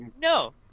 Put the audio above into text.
no